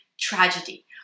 tragedy